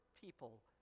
people